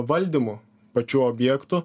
valdymu pačių objektų